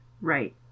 Right